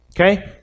Okay